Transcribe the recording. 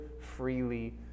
freely